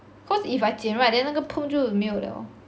cause if I 剪 right then 那个 perm 就没有 liao